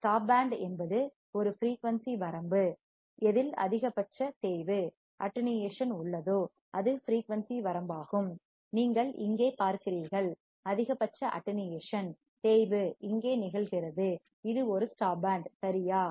stop band என்பது ஒரு frequency வரம்பு எதில் அதிகபட்ச தேய்வு அட்டென்யேஷன் உள்ளதோ அதன் ஃபிரீயூன்சி வரம்பாகும் நீங்கள் இங்கே பார்க்கிறீர்கள் அதிகபட்ச அட்டென்யேஷன் தேய்வு attenuation இங்கே நிகழ்கிறது இது ஒரு ஸ்டாப் பேண்ட் சரியா